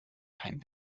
kein